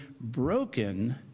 broken